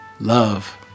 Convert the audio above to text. love